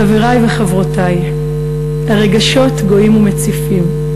חברי וחברותי, הרגשות גואים ומציפים,